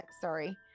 Sorry